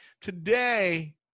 Today